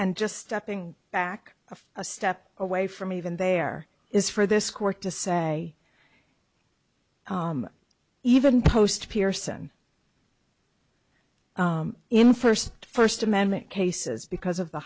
and just stepping back of a step away from even there is for this court to say even post pearson in first first amendment cases because of the